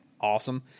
awesome